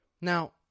Now